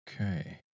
Okay